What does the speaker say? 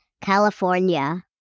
California